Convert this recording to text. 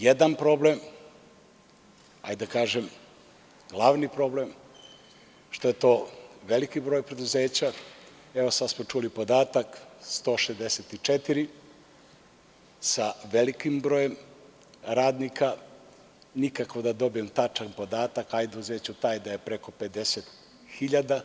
Jedan problem, hajde da kažem glavni problem, što je to veliki broj preduzeća, evo sad smo čuli podatak 164, sa velikim brojem radnika, a nikako da dobijemo tačan podatak, a uzećemo taj da je preko 50.000 zaposlenih.